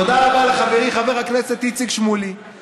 תודה רבה לחברי חבר הכנסת איציק שמולי,